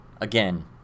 again